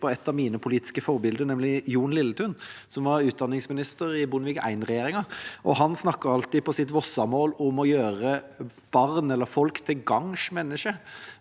på et av mine politiske forbilder, nemlig Jon Lilletun, som var utdanningsminister i Bondevik I-regjeringen. Han snakket alltid – på sitt vossamål – om å gjøre barn, eller folk, til «gagns menneske».